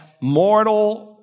mortal